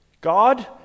God